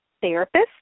therapist